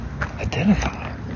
identify